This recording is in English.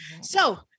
so-